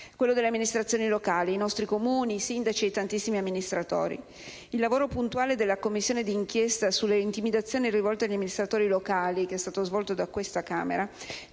territori: le amministrazioni locali, i nostri Comuni, i sindaci ed i tantissimi amministratori. Il lavoro puntuale della Commissione di inchiesta sulle intimidazioni rivolte agli amministratori locali che è stato svolto da questa Camera